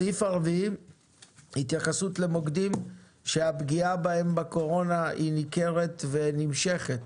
התייחסות למוקדים שהפגיעה בהם בקורונה ניכרת ונמשכת.